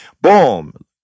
Boom